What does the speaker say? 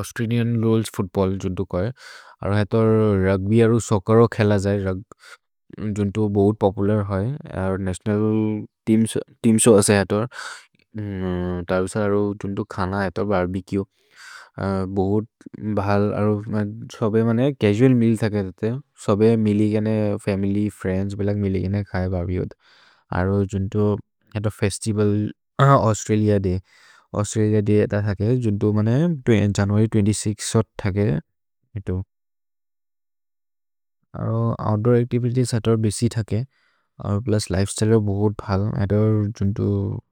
Australian rules football जुन्तो करे। अरो हत रुग्ब्य् अरो सोच्चेर् हो खेल जये, रुग्ब्य्। जुन्तो बोहोत् पोपुलर् है। अरो नतिओनल् तेअम्स् हो अस है हतर्। तरु स अरो जुन्तो खन हतर्, बर्बेकुए। भोहोत् भल्। अरो सभे मने चसुअल् मेअल् थके जते। सभे मिलिके ने फमिल्य्, फ्रिएन्द्स् बिलक् मिलिके ने खय बर्बेकुए होत। अरो जुन्तो हत festival Australia day. Australia day हत थके। जुन्तो मने जनुअर्य् छब्बिस् होत् थके हितु। अरो ओउत्दूर् अच्तिवितिएस् हत बेसि थके। प्लुस् लिफेस्त्य्ले रो बोहोत् भल्। अरो जुन्तो।